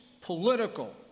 political